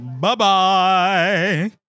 Bye-bye